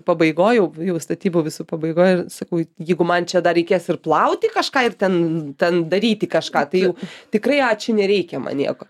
pabaigoj jau jau statybų visų pabaigoj sakau jeigu man čia dar reikės ir plauti kažką ir ten ten daryti kažką tai jau tikrai ačiū nereikia man nieko